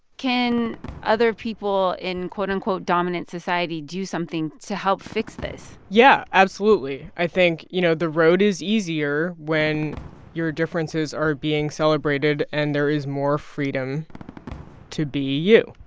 can other people in, quote, unquote, dominant society do something to help fix this? yeah, absolutely. i think, you know, the road is easier when your differences are being celebrated and there is more freedom to be you.